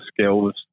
skills